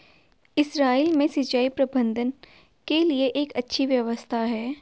Israel में सिंचाई प्रबंधन के लिए एक अच्छी व्यवस्था है